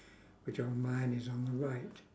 which on mine is on the right